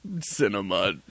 cinema